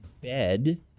bed